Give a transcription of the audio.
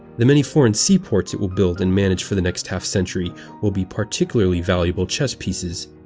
the many foreign seaports it will build and manage for the next half century will be particularly valuable chess pieces.